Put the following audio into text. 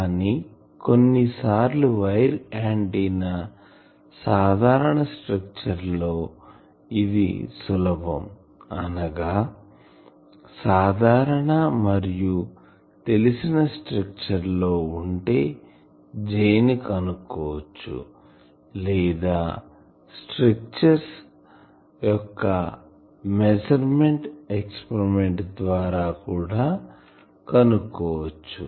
కానీ కొన్ని సార్లు వైర్ ఆంటిన్నా సాధారణ స్ట్రక్చర్ లో ఇది సులభం అనగా సాధారణ మరియు తెలిసిన స్ట్రక్చర్ లో ఉంటే J ని కనుక్కోవచ్చు లేదా స్ట్రక్చర్ యొక్క మెస్సుర్మెంట్ ఎక్స్పరిమెంట్ ద్వారా కూడా కనుక్కోవచ్చు